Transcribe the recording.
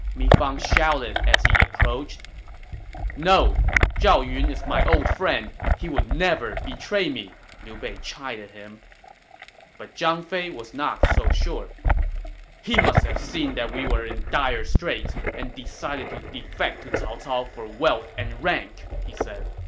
mi fang shouted as he approached zhao zhao yun is my old friend. he would never betray me! liu bei chided him but zhang fei was not so sure he must have seen that we are in dire straits and decided to defect to cao cao for wealth and rank! he said